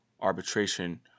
arbitration